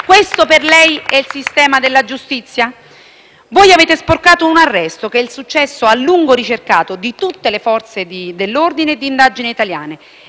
Questo per lei è il sistema della giustizia? Voi avete sporcato un arresto, che è il successo a lungo ricercato di tutte le Forze dell'ordine e di indagini italiane.